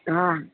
હા